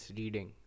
reading